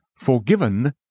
forgiven